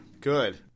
Good